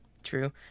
true